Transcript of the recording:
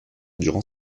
durant